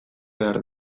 behar